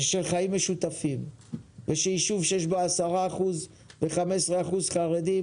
של חיים משותפים ושל ישוב שיש בו 10% ו-10% חרדים